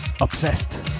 obsessed